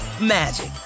magic